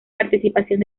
participación